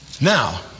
Now